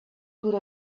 could